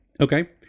okay